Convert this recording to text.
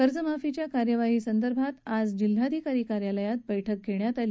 कर्जमाफीच्या कार्यवाहीसंदर्भात जिल्हाधिकारी कार्यालयात बैठक घेण्यात आली